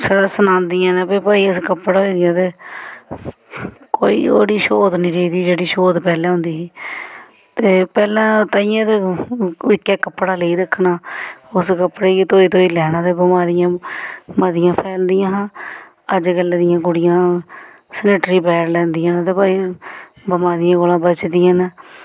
छड़ा सनांदियां न कि भाई अस कपड़ें होई दियां ते कोई ओह्कड़ी छ्होत नेईं रेही दी जेह्ड़ी छ्होत पैह्लें होंदी ही ते पैह्लें तांइयैं ते इक्कै कपड़ा लेई रक्खना उस कपड़े गी गै धोई धोई लैना ते बमारियां मतियां फैलदियां हां अजकल्लै दियां कुडियां सनेट्री पैड लैंदियां न ते भाई बमारियें कोला बचदियां न